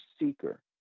seeker